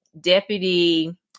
deputy